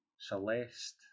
Celeste